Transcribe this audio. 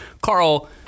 Carl